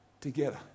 together